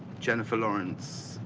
jennifer lawrence,